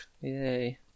Yay